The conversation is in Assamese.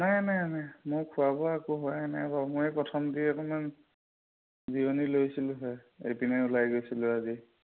নাই নাই নাই মই খোৱা বোৱা একো হোৱাই নাই বাৰু মই এই কথমপি অকণমান জিৰণি লৈছিলোঁহে এইপিনে ওলাই গৈছিলোঁ আজি